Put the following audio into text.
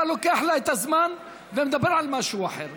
אתה לוקח לה את הזמן ומדבר על משהו אחר.